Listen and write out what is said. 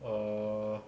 err